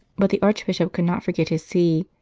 but the archbishop could not forget his see,